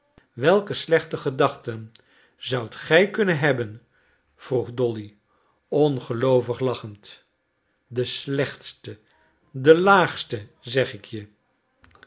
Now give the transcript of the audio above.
welke slechte gedachten zoudt gij kunnen hebben vroeg dolly ongeloovig lachend de slechtste de laagste zeg ik je